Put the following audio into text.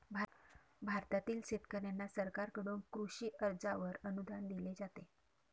भारतातील शेतकऱ्यांना सरकारकडून कृषी कर्जावर अनुदान दिले जाते